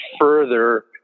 further